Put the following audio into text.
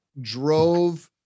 drove